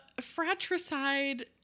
fratricide